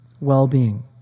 well-being